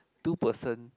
two person